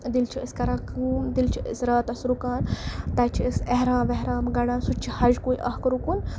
دِلہِ چھِ أسۍ کَران کٲم دِلہِ چھِ أسۍ راتَس رُکان تَتہِ چھِ أسۍ احرام وحرام گَنٛڈان سُہ تہِ چھِ حَجکُے اَکھ رُکُن